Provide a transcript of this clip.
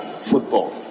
football